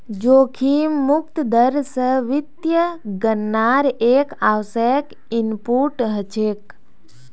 जोखिम मुक्त दर स वित्तीय गणनार एक आवश्यक इनपुट हछेक